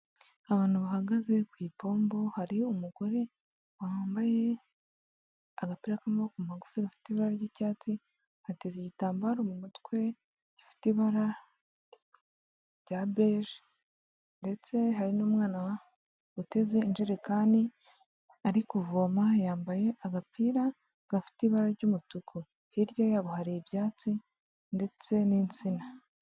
Abantu bahagaze ku ipombo hari umugore wambaye agapira k'amaboko magufi gafite ibara ry'icyatsi, ateze igitambaro mu mutwe gifite ibara rya beje ndetse hari n'umwana uteze ijerekani ari kuvoma, yambaye agapira gafite ibara ry'umutuku, hirya yabo hari ibyatsi ndetse n'insina.